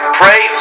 pray